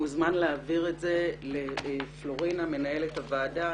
מוזמן להעביר אותו אל פלורינה מנהלת הוועדה.